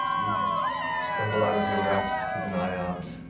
you stumble out of your rest, keep an eye out.